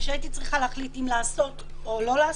וכשהייתי צריכה להחליט אם לעשות או לא לעשות,